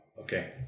Okay